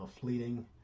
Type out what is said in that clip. fleeting